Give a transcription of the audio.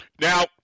Now